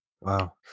Wow